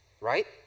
right